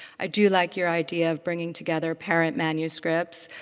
i do like your idea of bringing together parent manuscripts.